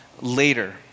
later